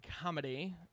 Comedy